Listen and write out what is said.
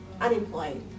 unemployed